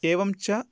एवं च